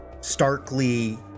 starkly